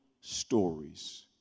stories